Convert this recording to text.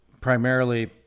primarily